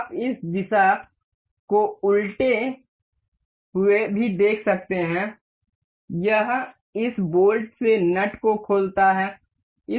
आप इस दिशा को उलटते हुए भी देख सकते हैं यह इस बोल्ट से नट को खोलता है